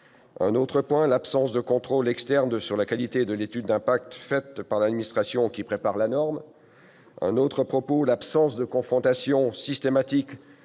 en déplorant « l'absence de contrôle externe sur la qualité de l'étude d'impact, faite par l'administration qui prépare la norme »,« l'absence de confrontation systématique